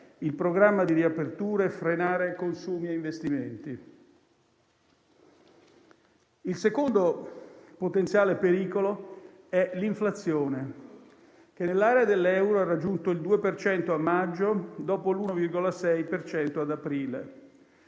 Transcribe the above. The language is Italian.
il programma di riaperture e frenare consumi e investimenti. Il secondo potenziale pericolo è l'inflazione che, nell'area dell'euro, ha raggiunto il 2 per cento a maggio, dopo l'1,6 per